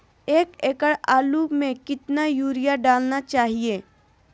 एक एकड़ आलु में कितना युरिया डालना चाहिए?